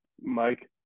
Mike